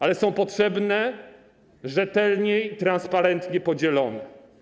Ale są one potrzebne rzetelnie i transparentnie podzielone.